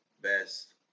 best